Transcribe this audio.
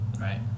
Right